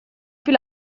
più